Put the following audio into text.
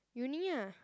uni ah